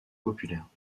populaire